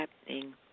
happening